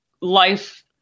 life